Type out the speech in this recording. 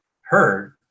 heard